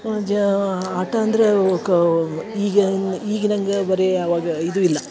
ಜಾ ಆಟ ಅಂದರೆ ಕೋ ಈಗಿನ ಈಗಿನಂಗ ಬರೀ ಅವಾಗ ಇದು ಇಲ್ಲ